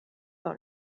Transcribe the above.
par